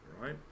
right